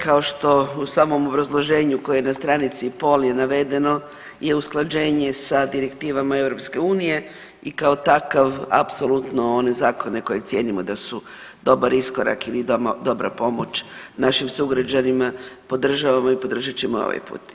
Kao što u samom obrazloženju koje je na stranici pol je navedeno je usklađenje sa direktivama EU i kao takav apsolutno one zakone koje cijenimo da su dobar iskorak ili dobra pomoć našim sugrađanima podržavamo i podržat ćemo ovaj put.